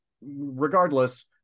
regardless